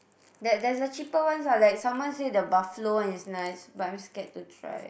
there there's a cheaper ones ah like someone say the buffalo one is nice but I'm scared to try